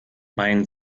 mein